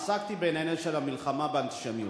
עסקתי בעניין של המלחמה באנטישמיות.